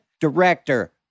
Director